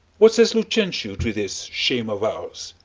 what says lucentio to this shame of ours?